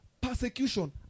Persecution